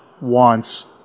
wants